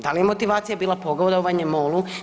Da li je motivacija bila pogodovanje MOL-u?